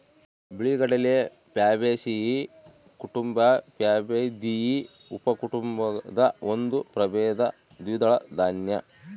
ಬಿಳಿಗಡಲೆ ಪ್ಯಾಬೇಸಿಯೀ ಕುಟುಂಬ ಪ್ಯಾಬಾಯ್ದಿಯಿ ಉಪಕುಟುಂಬದ ಒಂದು ಪ್ರಭೇದ ದ್ವಿದಳ ದಾನ್ಯ